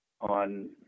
on